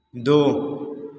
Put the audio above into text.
दो